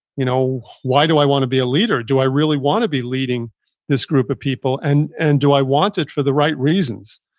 you know why do i want to be a leader? do i really want to be leading this group of people and and do i want it for the right reasons?